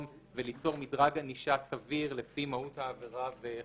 וליצור מדרג ענישה סביר לפי מהות העבירה וחומרתה.